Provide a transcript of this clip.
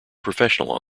professional